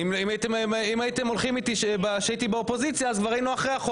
אם הייתם הולכים איתי כשהייתי באופוזיציה אז כבר היינו אחרי החוק